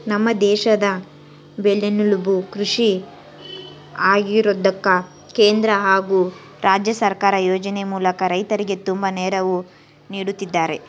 ನಮ್ಮ ದೇಶದ ಬೆನ್ನೆಲುಬು ಕೃಷಿ ಆಗಿರೋದ್ಕ ಕೇಂದ್ರ ಹಾಗು ರಾಜ್ಯ ಸರ್ಕಾರ ಯೋಜನೆ ಮೂಲಕ ರೈತರಿಗೆ ತುಂಬಾ ನೆರವು ನೀಡುತ್ತಿದ್ದಾರೆ